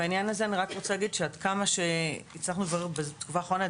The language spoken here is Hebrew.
בעניין הזה אני רוצה לומר שעד כמה שהצלחנו לברר בתקופה האחרונה,